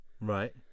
right